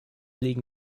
legen